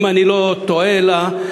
אם אני לא טועה משואה,